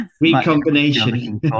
Recombination